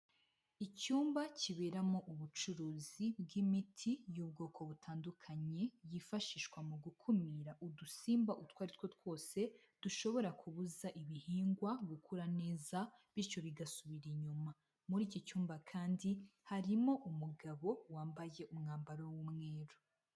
Icyumba kiberamo ubucuruzi bw'imiti y'ubwoko butandukanye, yifashishwa mu gukumira udusimba utwo ari two twose dushobora kubuza ibihingwa gukura neza, bityo bigasubira inyuma, muri iki cyumba kandi harimo umugabo wambaye umwambaro w'umweru.